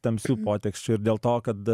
tamsių poteksčių ir dėl to kad